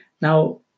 Now